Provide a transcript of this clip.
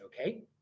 Okay